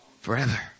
forever